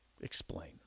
Explain